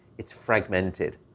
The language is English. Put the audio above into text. it's fragmented.